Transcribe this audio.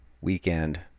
Weekend